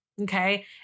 okay